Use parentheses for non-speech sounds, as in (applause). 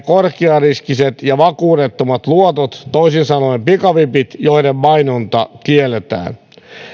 (unintelligible) korkeariskiset ja vakuudettomat luotot toisin sanoen pikavipit joiden mainonta kielletään